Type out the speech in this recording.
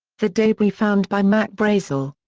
the debris found by mac brazel.